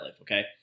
okay